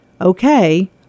okay